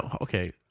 Okay